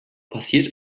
passiert